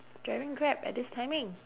driving grab at this timing